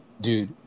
Dude